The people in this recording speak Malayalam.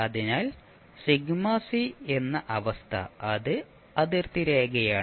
അതിനാൽ എന്ന അവസ്ഥ അത് അതിർത്തി രേഖയാണ്